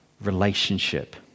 relationship